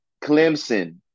Clemson